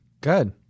Good